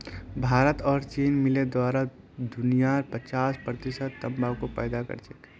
भारत और चीन मिले पूरा दुनियार पचास प्रतिशत तंबाकू पैदा करछेक